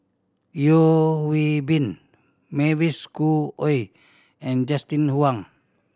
Yeo Hwee Bin Mavis Schhoo Oei and Justin Wang